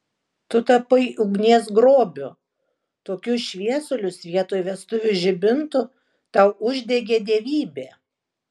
tu tapai ugnies grobiu tokius šviesulius vietoj vestuvių žibintų tau uždegė dievybė